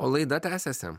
o laida tęsiasi